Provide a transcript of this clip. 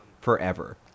forever